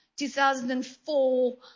2004